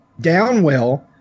Downwell